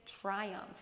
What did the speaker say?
triumph